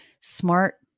Smart